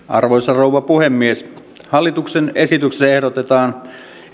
arvoisa rouva puhemies hallituksen esityksessä ehdotetaan